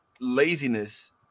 laziness